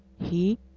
He